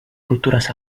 culturas